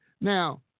Now